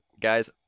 Guys